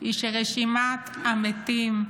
היא שרשימת המתים,